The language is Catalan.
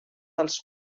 els